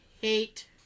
hate